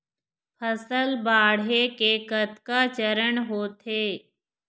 फसल बाढ़े के कतका चरण होथे?